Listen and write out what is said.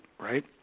Right